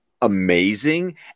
amazing